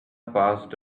passed